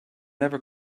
never